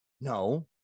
No